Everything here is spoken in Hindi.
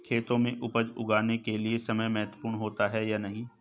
खेतों में उपज उगाने के लिये समय महत्वपूर्ण होता है या नहीं?